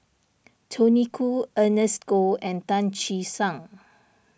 Tony Khoo Ernest Goh and Tan Che Sang